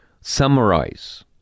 summarize